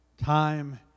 time